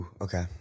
Okay